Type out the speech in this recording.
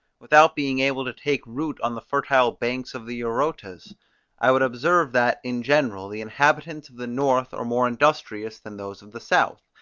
without being able to take root on the fertile banks of the eurotas i would observe that, in general, the inhabitants of the north are more industrious than those of the south,